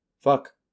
Fuck